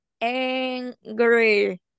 angry